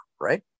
right